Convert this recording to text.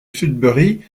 sudbury